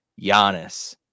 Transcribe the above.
Giannis